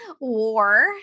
war